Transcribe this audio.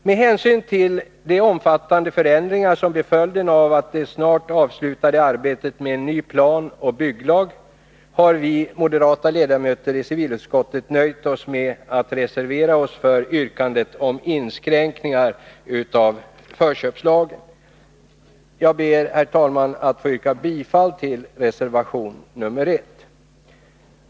Med hänsyn till de omfattande förändringar som blir följden av det snart avslutade arbetet med en ny planoch bygglag har vi moderata ledamöter i civilutskottet nöjt oss med att reservera oss för yrkandet om inskränkningar av förköpslagen. Jag ber, herr talman, att få yrka bifall till reservation 1.